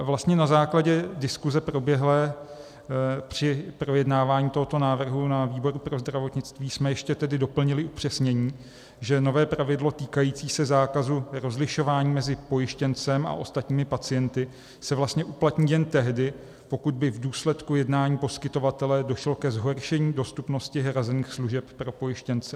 Vlastně na základě diskuze proběhlé při projednávání tohoto návrhu na výboru pro zdravotnictví jsme ještě doplnili upřesnění, že nové pravidlo týkající se zákazu rozlišování mezi pojištěncem a ostatními pacienty se uplatní jen tehdy, pokud by v důsledku jednání poskytovatele došlo ke zhoršení dostupnosti hrazených služeb pro pojištěnce.